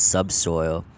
Subsoil